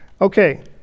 Okay